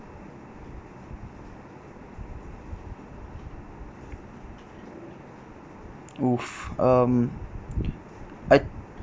!oops! um I